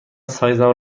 سایزم